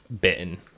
bitten